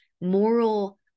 moral